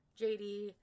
JD